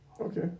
Okay